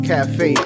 Cafe